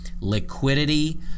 liquidity